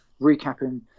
recapping